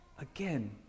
again